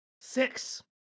Six